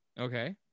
Okay